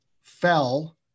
fell